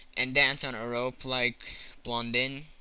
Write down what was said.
and dance on a rope like blondin.